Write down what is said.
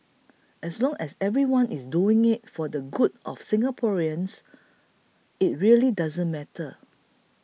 as long as everyone is doing it for the good of Singaporeans it really doesn't matter